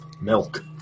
Milk